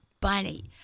bunny